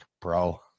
bro